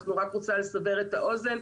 אני רוצה לסבר את האוזן.